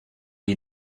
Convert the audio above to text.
you